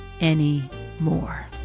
anymore